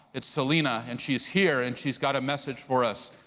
it's selina and she's here and she's got a message for us.